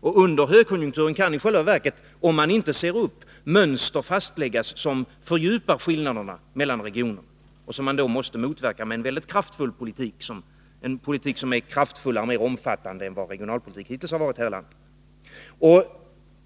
Under högkonjunkturen kan i själva verket, om man inte ser upp, mönster fastläggas som fördjupar skillnaderna mellan regionerna. Dessa mönster måste man då motverka med en politik som är kraftfullare och mer omfattande än vad regionalpolitik hittills har varit här i landet.